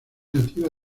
nativa